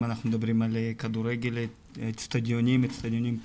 אם אנחנו מדברים על כדורגל, האצטדיונים הפתוחים.